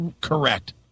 correct